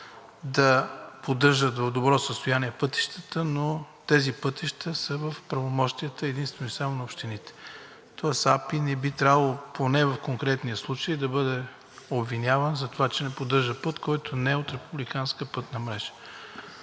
да поддържат в добро състояние пътищата, но тези пътища са в правомощията единствено и само на общините. АПИ не би трябвало поне в конкретния случай да бъде обвинявана за това, че не поддържа път, който не е от републиканската пътна мрежа.